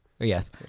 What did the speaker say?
Yes